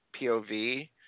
POV